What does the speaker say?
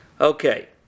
Okay